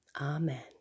Amen